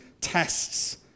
tests